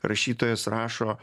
rašytojas rašo